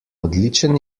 odličen